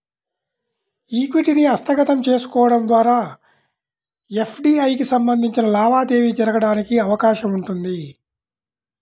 ఈక్విటీని హస్తగతం చేసుకోవడం ద్వారా ఎఫ్డీఐకి సంబంధించిన లావాదేవీ జరగడానికి అవకాశం ఉంటుంది